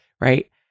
Right